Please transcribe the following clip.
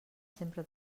sempre